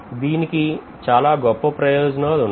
దీనికి చాలా గొప్ప ప్రయోజనాలు ఉన్నాయి